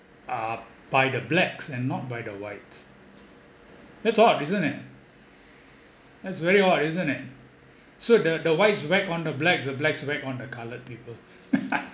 uh by the blacks and not by the whites that's odd isn't it that's very odd isn't it so the the whites whack on the blacks the blacks whack on the coloured people